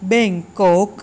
Bangkok